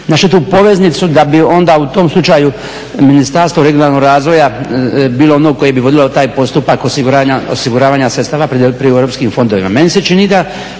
našli tu poveznicu da bi onda u tom slučaju Ministarstvo regionalnog razvoja bilo ono koje bi vodilo taj postupak osiguravanja sredstava pri europskim fondovima. Meni se čini da